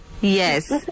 yes